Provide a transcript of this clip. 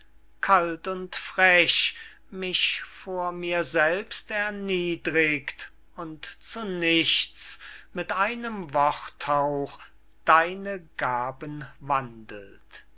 kalt und frech mich vor mir selbst erniedrigt und zu nichts mit einem worthauch deine gaben